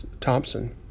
Thompson